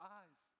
eyes